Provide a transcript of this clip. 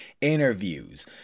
interviews